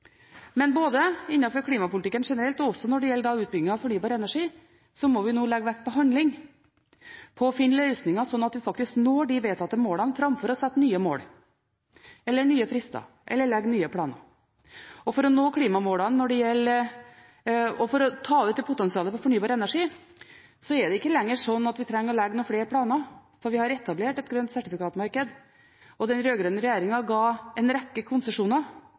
Men både innenfor klimapolitikken generelt og også når det gjelder utbyggingen av fornybar energi, må vi nå legge vekt på handling, å finne løsninger slik at vi faktisk når de vedtatte målene framfor å sette nye mål eller nye frister eller legge nye planer. For å nå klimamålene og for å ta ut potensialet på fornybar energi, er det ikke lenger slik at vi trenger å legge noen flere planer, for vi har etablert et grønt sertifikatmarked. Den rød-grønne regjeringen ga en rekke konsesjoner,